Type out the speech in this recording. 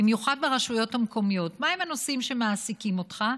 במיוחד ברשויות המקומיות: מהם הנושאים שמעסיקים אותך?